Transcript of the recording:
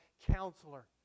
counselor